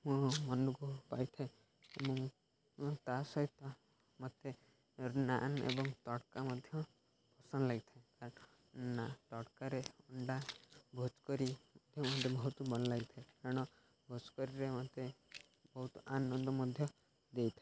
ମୋ ମନକୁ ପାଇଥାଏ ଏବଂ ଏବଂ ତା'ସହିତ ମୋତେ ନାନ୍ ଏବଂ ତଡ଼କା ମଧ୍ୟ ପସନ୍ଦ ଲାଗିଥାଏ ନାନ୍ ତଡ଼କାରେ ଅଣ୍ଡା ଭୋଜକରି ମୋତେ ବହୁତ ଭଲ ଲାଗିଥାଏ କାରଣ ଭୋଜକରିରେ ମୋତେ ବହୁତ ଆନନ୍ଦ ମଧ୍ୟ ଦେଇଥାଏ